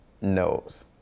knows